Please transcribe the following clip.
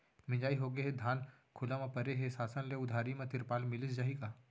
मिंजाई होगे हे, धान खुला म परे हे, शासन ले उधारी म तिरपाल मिलिस जाही का?